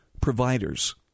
providers